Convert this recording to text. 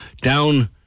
down